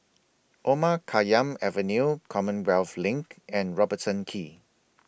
Omar Khayyam Avenue Commonwealth LINK and Robertson Quay